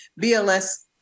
BLS